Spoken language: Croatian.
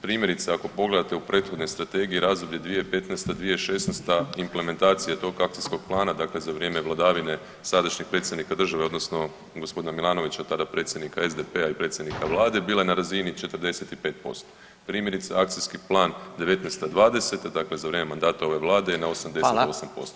Primjerice, ako pogledate u prethodne strategije razdoblje 2015.-2016. implementacija tog akcijskog plana dakle za vrijeme vladavine sadašnje predsjednika države odnosno gospodina Milanovića tada predsjednika SDP-a i predsjednika vlade Primjerice akcijski plan '19.-'20., dakle za vrijeme mandata ove vlade je na 88%